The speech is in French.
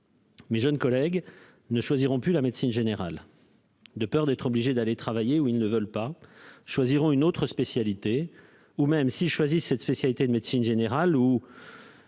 mes jeunes collègues ne choisiront plus la médecine générale ; de peur d'être obligés d'aller travailler où ils ne veulent pas, ils choisiront une autre spécialité. Et, quand bien même ils choisiraient cette spécialité de médecine générale ou